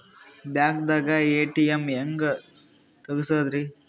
ಬ್ಯಾಂಕ್ದಾಗ ಎ.ಟಿ.ಎಂ ಹೆಂಗ್ ತಗಸದ್ರಿ?